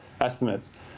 estimates